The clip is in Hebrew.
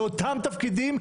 לאותם תפקידים.